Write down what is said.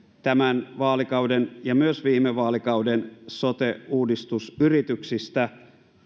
tämän vaalikauden ja myös viime vaalikauden sote uudistusyrityksistä